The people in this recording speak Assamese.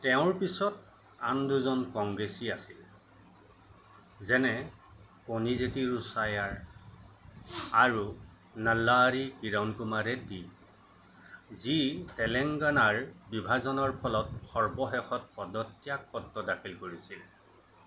তেওঁৰ পিছত আন দুজন কংগ্ৰেছী আছিল যেনে কণিজেটি ৰোচাইয়াৰ আৰু নল্লাৰী কিৰণ কুমাৰ ৰেড্ডী যি তেলেংগানাৰ বিভাজনৰ ফলত সৰ্বশেষত পদত্যাগপত্ৰ দাখিল কৰিছিল